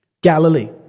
Galilee